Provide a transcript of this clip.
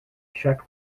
czech